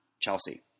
Chelsea